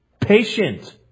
Patient